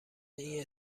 این